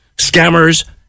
Scammers